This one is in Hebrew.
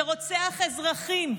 שרוצח אזרחים,